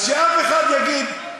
אז שאף אחד לא יחשוב,